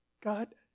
God